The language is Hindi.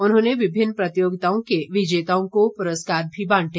उन्होंने विभिन्न प्रतियोगिताओं के विजेताओं को पुरस्कार भी बांटे